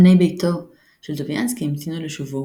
בני ביתו של טוביאנסקי המתינו לשובו,